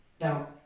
Now